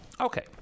Okay